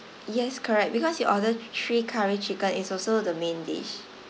yes correct because you order three curry chicken is also the main dish